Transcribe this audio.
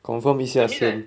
confirm 一下现